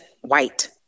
white